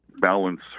balance